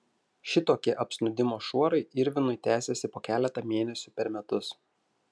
šitokie apsnūdimo šuorai irvinui tęsiasi po keletą mėnesių per metus